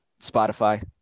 Spotify